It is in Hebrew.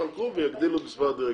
יחלקו ויגדילו את מספר הדירקטורים,